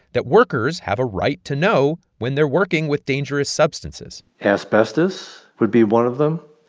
that workers have a right to know when they're working with dangerous substances asbestos would be one of them.